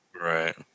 Right